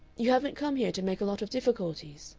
you haven't come here to make a lot of difficulties?